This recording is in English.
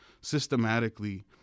systematically